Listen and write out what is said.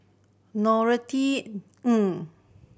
Norothy Ng